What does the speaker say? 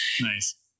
Nice